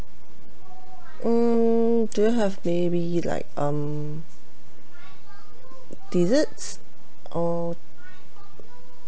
hmm do you have maybe like um desserts or